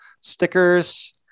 stickers